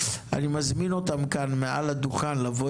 אני מזמין אותם כאן מעל הדוכן להגיע